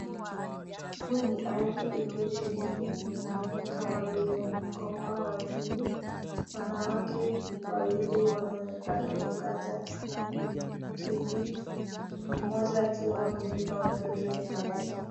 Hapa ni ardhi uliosheheni mimea kama vile mgomba wa ndizi, wanawake wawili wanaonekana kukata ndizi mmoja akiwa amebeba mtoto nyuma yake.